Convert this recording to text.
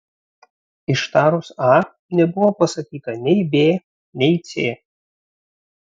ištarus a nebuvo pasakyta nei b nei c